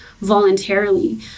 voluntarily